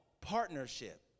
partnership